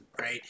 right